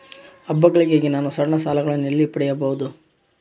ಹಬ್ಬಗಳಿಗಾಗಿ ನಾನು ಸಣ್ಣ ಸಾಲಗಳನ್ನು ಎಲ್ಲಿ ಪಡಿಬಹುದು?